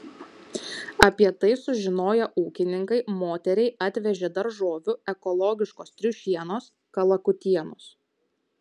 apie tai sužinoję ūkininkai moteriai atvežė daržovių ekologiškos triušienos kalakutienos